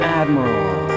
admiral